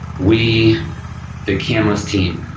we the canlis team,